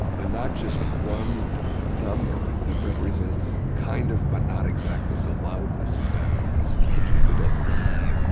and not just one number that represents kind of but not exactly the loudness of that noise, which is the decibel level